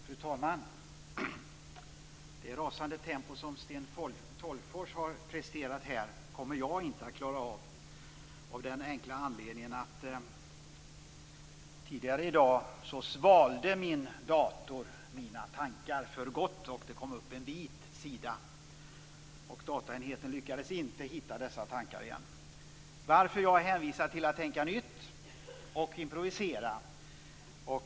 Fru talman! Det rasande tempo som Sten Tolgfors har presterat kommer jag inte att klara av. Tidigare i dag svalde min dator mina tankar för gott, och det kom upp en vit sida. Dataenheten lyckades inte hitta dessa tankar igen. Jag är därför hänvisad till att tänka nytt och improvisera.